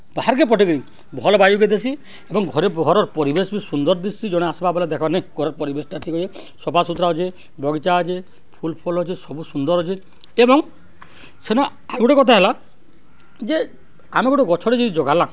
ବାହାର୍କେ ପଠେଇ କରି ଭଲ୍ ବାୟୁକେ ଦେସି ଏବଂ ଘରେ ଘରର୍ ପରିବେଶ୍ ବି ସୁନ୍ଦର୍ ଦଶ୍ସିି ଜଣେ ଆସ୍ବା ବଏଲେ ଦେଖ ନାଇଁ ଘରର୍ ପରିବେଶ୍ଟା ଠିକ୍ ଅଛେ ସଫା ସୁୁତ୍ରା ଅଛେ ବଗିଚା ଅଛେ ଫୁଲ୍ ଫୁଲ୍ ଅଛେ ସବୁ ସୁନ୍ଦର୍ ଅଛେ ଏବଂ ସେନ ଆର୍ ଗୁଟେ କଥା ହେଲା ଯେ ଆମେ ଗୁଟେ ଗଛଟେ ଯଦି ଜଗାଲା